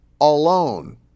alone